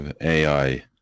ai